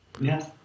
Yes